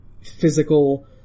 physical